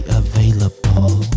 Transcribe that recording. available